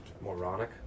moronic